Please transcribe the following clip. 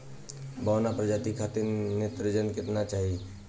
बौना प्रजाति खातिर नेत्रजन केतना चाही?